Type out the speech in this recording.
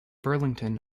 burlington